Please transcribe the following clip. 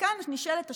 וכאן נשאלת השאלה,